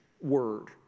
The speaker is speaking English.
word